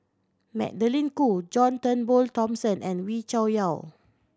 Magdalene Khoo John Turnbull Thomson and Wee Cho Yaw